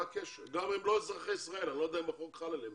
הם גם לא אזרחי ישראל ואני לא יודע אם החוק חל עליהם.